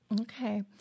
Okay